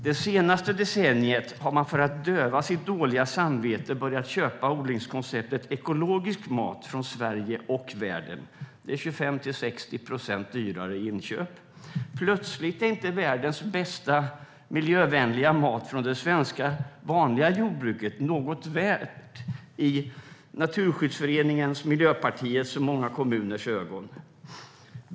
Det senaste decenniet har man för att döva sitt dåliga samvete börjat köpa odlingskonceptet ekologisk mat från Sverige och världen. Det är 25-60 procent dyrare i inköp. Plötsligt är inte världens bästa och mest miljövänliga mat från det svenska vanliga jordbruket något värt i Naturskyddsföreningens, Miljöpartiets och många kommuners ögon.